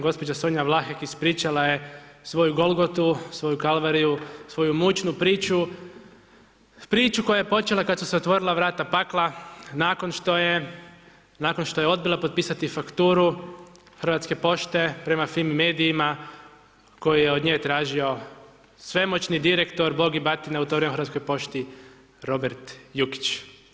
Gđa. Sonja Vlahek ispričala je svoju golgotu, svoju kalvariju, svoju mučnu priču, priču koja je počela kad su se otvorila vrata pakla nakon što je, nakon što je odbila potpisati fakturu Hrvatske pošte prema Fimi medijima koju je od nje tražio svemoćni direktor, Bog i batina u … [[Govornik se ne razumije]] Hrvatskoj pošti, Robert Jukić.